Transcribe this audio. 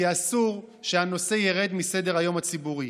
כי אסור שהנושא ירד מסדר-היום הציבורי.